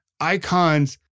icons